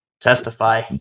Testify